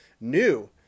new